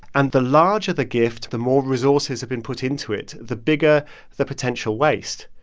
and the larger the gift, the more resources have been put into it, the bigger the potential waste.